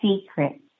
Secret